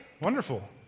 wonderful